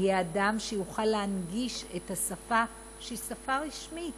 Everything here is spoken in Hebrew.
יהיה אדם שיוכל להנגיש את השפה, שהיא שפה רשמית,